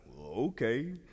okay